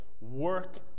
work